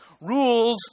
rules